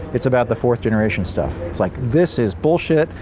it's about the fourth-generation stuff. it's like this is bullshit!